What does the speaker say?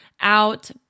out